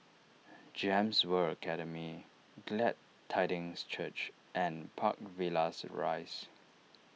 Gems World Academy Glad Tidings Church and Park Villas Rise